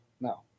No